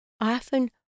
often